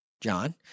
John